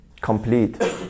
complete